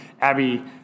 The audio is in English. Abby